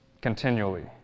continually